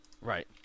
Right